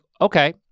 okay